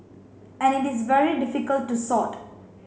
and it is very difficult to sort